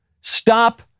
stop